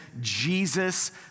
Jesus